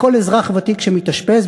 וכל אזרח ותיק שמתאשפז,